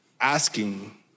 asking